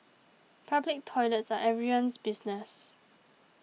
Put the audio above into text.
public toilets are everyone's business